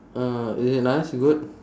uh is it nice good